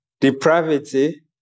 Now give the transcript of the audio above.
depravity